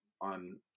on